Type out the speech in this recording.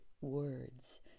words